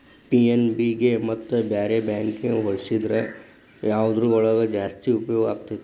PNB ಗೆ ಮತ್ತ ಬ್ಯಾರೆ ಬ್ಯಾಂಕಿಗ್ ಹೊಲ್ಸಿದ್ರ ಯವ್ದ್ರೊಳಗ್ ಜಾಸ್ತಿ ಉಪ್ಯೊಗಾಕ್ಕೇತಿ?